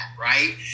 right